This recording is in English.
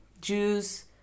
Jews